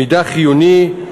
מידע חיוני,